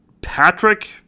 Patrick